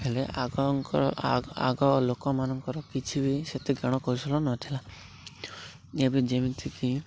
ହେଲେ ଆଗଙ୍କର ଆଗ ଲୋକମାନଙ୍କର କିଛି ବି ସେତେ ଜ୍ଞାନ କୌଶଳ ନଥିଲା ଏବେ ଯେମିତିକି